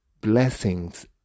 blessings